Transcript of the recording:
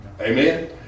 Amen